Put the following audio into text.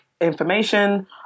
information